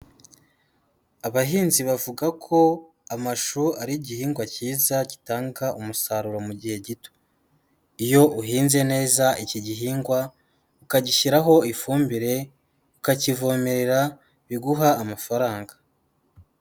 Abahinzi bavuga ko amashu ari igihingwa cyiza gitanga umusaruro mu gihe gito, iyo uhinze neza iki gihingwa ukagishyiraho ifumbire ukakivomerera biguha amafaranga.